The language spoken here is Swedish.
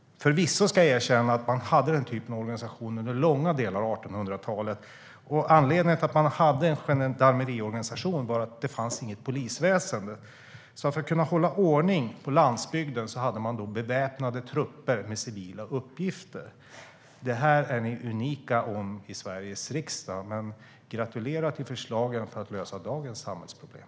Förvisso ska jag erkänna att man hade denna typ av organisation under 1800-talet, och anledningen till att man hade en gendarmeriorganisation var att det inte fanns något polisväsen. För att kunna hålla ordning på landsbygden hade man då beväpnade trupper med civila uppgifter. Detta förslag är ni unika om i Sveriges riksdag. Gratulerar till förslagen för att lösa dagens samhällsproblem!